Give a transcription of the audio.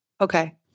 Okay